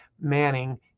Manning